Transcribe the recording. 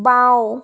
বাওঁ